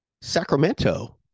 Sacramento